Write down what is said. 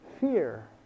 Fear